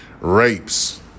rapes